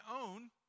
own